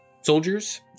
soldiers